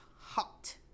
hot